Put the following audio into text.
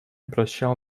обращал